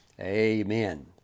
Amen